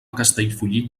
castellfollit